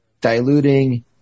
diluting